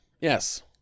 yes